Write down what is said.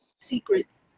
secrets